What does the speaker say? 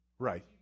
Right